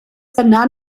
dyna